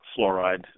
fluoride